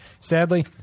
Sadly